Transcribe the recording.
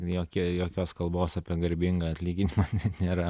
jokia jokios kalbos apie garbingą atlyginimą nėra